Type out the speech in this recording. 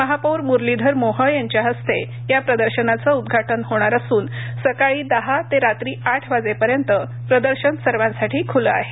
महापौर मुरलीधर मोहोळ यांच्या हस्ते प्रदर्शनाचं उद्घाटन होणार असून सकाळी दहा ते रात्री आठ वाजेपर्यंत प्रदर्शन सर्वांसाठी खुले आहे